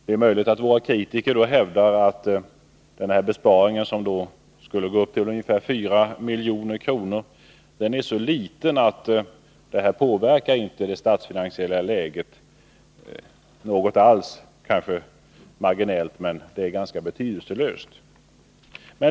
Det är möjligt att våra kritiker då hävdar att den aktuella besparingen, som skulle uppgå till omkring 4 milj.kr., är så liten att den inte påverkar det statsfinansiella läget alls, eller kanske bara marginellt, men det är ganska betydelselöst.